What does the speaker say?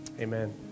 Amen